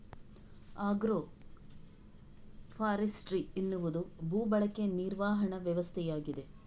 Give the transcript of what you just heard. agro forestry ಎನ್ನುವುದು ಭೂ ಬಳಕೆ ನಿರ್ವಹಣಾ ವ್ಯವಸ್ಥೆಯಾಗಿದೆ